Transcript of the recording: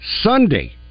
Sunday